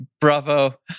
Bravo